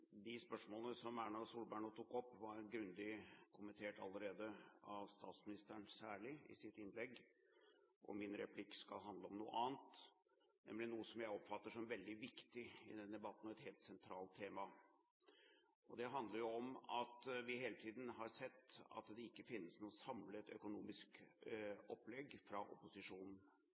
De spørsmålene som Erna Solberg nå tok opp, er grundig kommentert allerede, særlig av statsministeren i hans innlegg. Min replikk skal handle om noe annet, nemlig om noe som jeg oppfatter som veldig viktig i denne debatten, og et helt sentralt tema. Det handler om at vi hele tiden har sett at det ikke finnes noe samlet økonomisk opplegg fra opposisjonen.